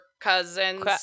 cousins